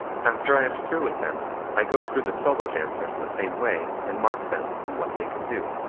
after i am through with them i go through the solo dancers the same way and mark them and what they can do.